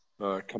come